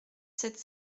sept